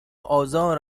آزار